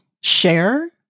share